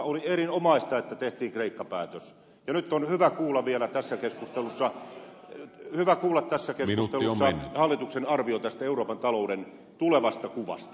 oli erinomaista että tehtiin kreikka päätös ja nyt on hyvä kuulla vielä tässä keskustelussa hallituksen arvio tästä euroopan talouden tulevasta kuvasta